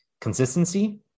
consistency